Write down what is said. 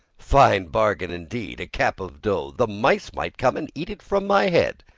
fine bargain, indeed! a cap of dough! the mice might come and eat it from my head!